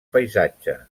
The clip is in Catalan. paisatge